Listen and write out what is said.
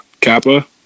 Kappa